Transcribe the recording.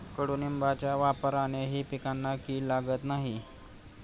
कडुलिंबाच्या वापरानेही पिकांना कीड लागत नाही